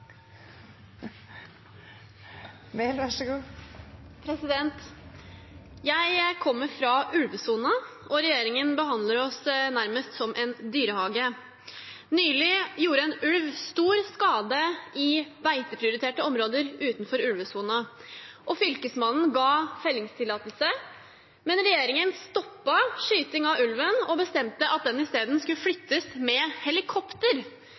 en dyrehage. Nylig gjorde en ulv stor skade i beiteprioriterte områder utenfor ulvesonen. Fylkesmannen ga fellingstillatelse, men regjeringen stoppet skyting av ulven og bestemte at den isteden skulle flyttes med helikopter